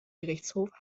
gerichtshofs